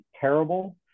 terrible